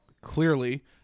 clearly